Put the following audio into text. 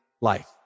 life